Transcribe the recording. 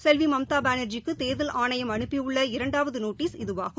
செல்விமம்தாபானாஜிக்குதோ்தல் ஆணையம் அனுப்பியுள்ள இரண்டாவதநோட்டீஸ் இதுவாகும்